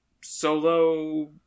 solo